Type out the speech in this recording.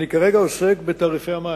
אני כרגע עוסק בתעריפי המים.